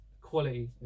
quality